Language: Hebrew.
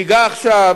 אני אגע עכשיו